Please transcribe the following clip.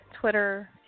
Twitter